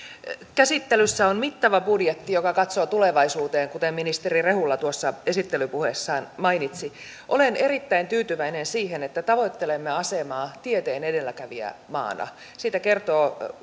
käsittelyssä on mittava budjetti joka katsoo tulevaisuuteen kuten ministeri rehula esittelypuheessaan mainitsi olen erittäin tyytyväinen siihen että tavoittelemme asemaa tieteen edelläkävijämaana siitä kertoo